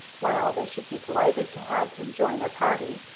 while they should be delighted to have him join their party,